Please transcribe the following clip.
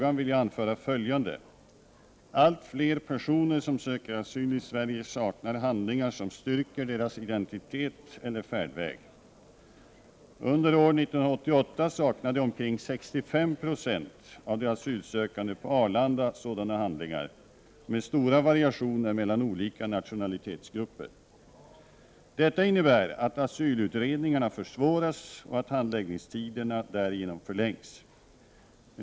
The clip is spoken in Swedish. Allt fler personer som söker asyl i Sverige saknar handlingar som styrker deras identitet eller färdväg. Under år 1988 saknade omkring 65 960 av de asylsökande på Arlanda sådana handlingar, med stora variationer mellan olika nationalitetsgrupper. Detta innebär att asylutredningarna försvåras och att handläggningstiderna därigenom förlängs.